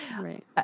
right